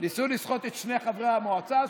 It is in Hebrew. ניסו לסחוט את שני חברי המועצה,